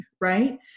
right